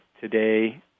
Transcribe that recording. today